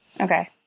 Okay